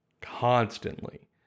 constantly